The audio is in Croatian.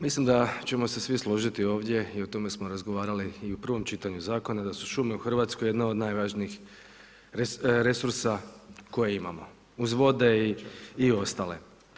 Mislim da ćemo se svi složiti ovdje, i o tome smo razgovarali i u prvom čitanju zakona, da su šume u Hrvatskoj jedna od najvažnijih resursa koje imamo, uz vode i ostale.